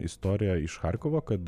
istorija iš charkovo kad